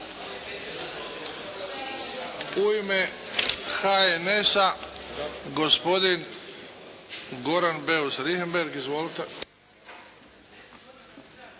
U ime HNS-a gospodin Goran Beus Richembergh. Izvolite.